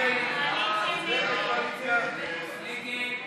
ההסתייגות